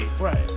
Right